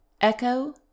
Echo